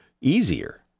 easier